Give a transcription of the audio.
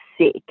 sick